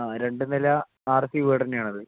ആഹ് രണ്ട് നില R C വീടെ തന്നെയാണത്